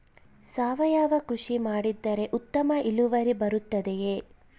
ಸಾವಯುವ ಕೃಷಿ ಮಾಡಿದರೆ ಉತ್ತಮ ಇಳುವರಿ ಬರುತ್ತದೆಯೇ?